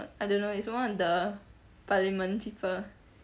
I don't know it's one of the parliament people